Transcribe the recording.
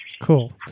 Cool